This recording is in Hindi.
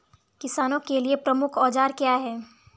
किसानों के लिए प्रमुख औजार क्या हैं?